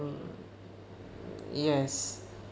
yes